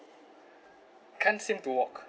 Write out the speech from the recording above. can't seem to walk